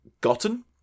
gotten